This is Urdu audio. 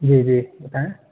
جی جی بتائیں